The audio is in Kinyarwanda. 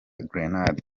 grenades